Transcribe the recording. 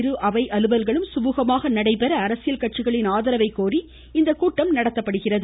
இருஅவை அலுவல்களும் சுமூகமாக நடைபெற அரசியல் கட்சிகளின் ஆதரவைக் கோரி இக்கூட்டம் நடத்தப்படுகிறது